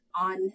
on